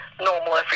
normal